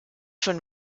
von